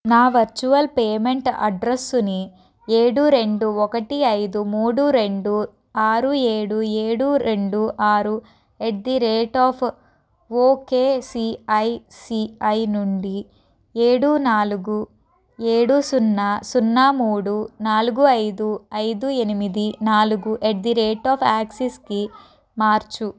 నా virtual payment అడ్రస్సుని ఏడు రెండు ఒకటి ఐదు మూడు రెండు ఆరు ఏడు ఏడు రెండు ఆరు at the rate of okay ICICI నుండి ఏడు నాలుగు ఏడు సున్నా సున్నా మూడు నాలుగు ఐదు ఐదు ఎనిమిది నాలుగు ఎట్ ది రేట్ ఆఫ్ యాక్సిస్కి మార్చు